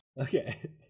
Okay